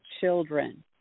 children